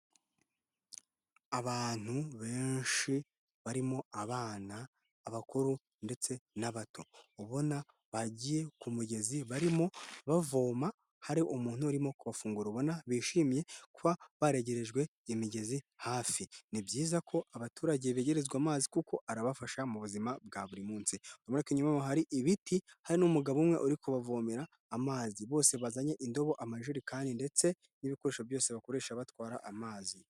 Abantu benshi barimo abana, abakuru ndetse n'abato, ubona bagiye ku mugezi barimo bavoma hari umuntu urimo kubafungura ubona bishimiye kuba baregerejwe imigezi hafi. Ni byiza ko abaturage begerezwa amazi kuko arabafasha mu buzima bwa buri munsi, ubona ko inyuma yabo hari ibiti hari n'umugabo umwe uri kubavomera amazi bose bazanye indobo, amajerekani ndetse n'ibikoresho byose bakoresha batwara amazi.